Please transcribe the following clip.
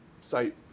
site